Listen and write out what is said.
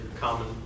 common